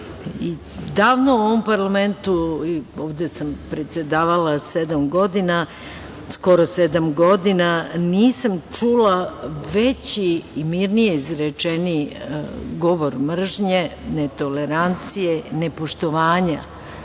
u ovom parlamentu, a ovde sam predsedavala skoro sedam godina, nisam čula veći i mirnije izrečen govor mržnje, netolerancije, nepoštovanja